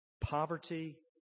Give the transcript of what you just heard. Poverty